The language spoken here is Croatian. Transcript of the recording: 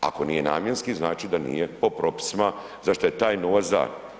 Ako nije namjenski, znači da nije po propisima za što je taj novac za.